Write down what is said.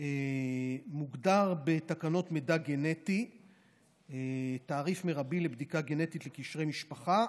מוגדר בתקנות מידע גנטי (תעריף מרבי לבדיקה גנטית לקשרי משפחה),